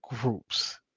groups